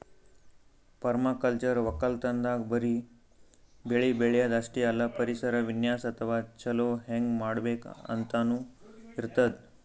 permaculture ವಕ್ಕಲತನ್ದಾಗ್ ಬರಿ ಬೆಳಿ ಬೆಳ್ಯಾದ್ ಅಷ್ಟೇ ಅಲ್ಲ ಪರಿಸರ ವಿನ್ಯಾಸ್ ಅಥವಾ ಛಲೋ ಹೆಂಗ್ ಮಾಡ್ಬೇಕ್ ಅಂತನೂ ಇರ್ತದ್